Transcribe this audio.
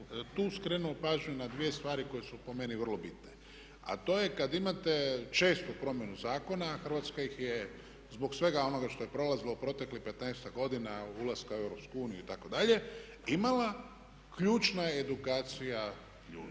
tu skrenuo pažnju na dvije stvari koje su po meni vrlo bitno. A to je kad imate čestu promjenu zakona a Hrvatska ih je zbog svega onoga što je prolazila u proteklih petnaesta godina ulaska u EU itd. imala ključna je edukacija ljudi